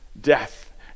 death